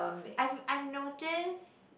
I'm I'm notice